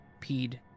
peed